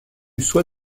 soit